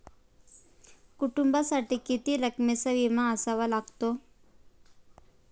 कुटुंबासाठी किती रकमेचा विमा असावा लागतो?